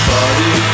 Body